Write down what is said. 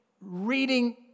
reading